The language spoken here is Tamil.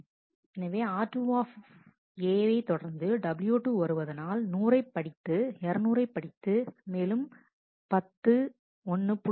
எனவே r2 வை தொடர்ந்து w2 வருவதனால் 100 படித்து 200 படித்து மேலும் 10 1